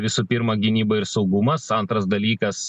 visų pirma gynyba ir saugumas antras dalykas